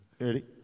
Ready